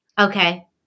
Okay